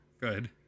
good